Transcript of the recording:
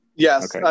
Yes